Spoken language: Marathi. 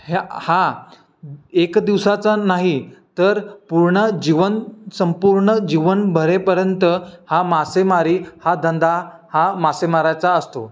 ह्या हा एक दिवसाचा नाही तर पूर्ण जीवन संपूर्ण जीवन भरेपर्यंत हा मासेमारी हा धंदा हा मासेमाराचा असतो